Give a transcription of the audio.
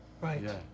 Right